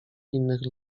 innych